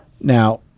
Now –